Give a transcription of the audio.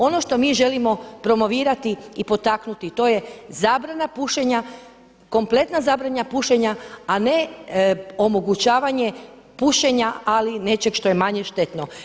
Ono što mi želimo promovirati i potaknuti, to je zabrana pušenja, kompletna zabrana pušenja, a ne omogućavanje pušenja, ali nečeg što je manje štetno.